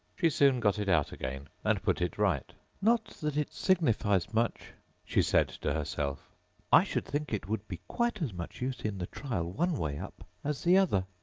she soon got it out again, and put it right not that it signifies much she said to herself i should think it would be quite as much use in the trial one way up as the other